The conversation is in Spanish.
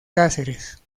cáceres